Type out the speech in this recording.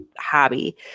hobby